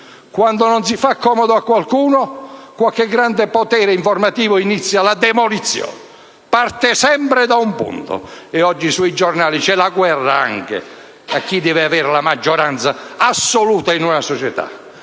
Quando non si fa comodo a qualcuno, qualche grande potere informativo inizia la demolizione. Parte sempre da un punto. Oggi sui giornali c'è la guerra anche su chi deve avere la maggioranza assoluta in una società.